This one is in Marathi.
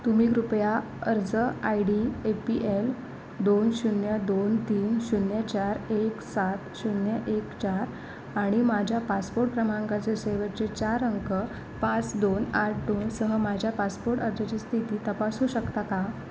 तुम्ही कृपया अर्ज I D A P L दोन शून्य दोन तीन शून्य चार एक सात शून्य एक चार आणि माझ्या पासपोट क्रमांकाचे शेवटचे चार अंक पाच दोन आठ दोनसह माझ्या पासपोट अर्जाची स्थिती तपासू शकता का